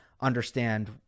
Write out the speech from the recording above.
understand